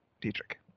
Dietrich